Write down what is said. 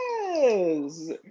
Yes